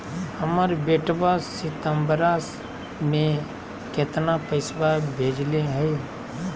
हमर बेटवा सितंबरा में कितना पैसवा भेजले हई?